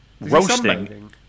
Roasting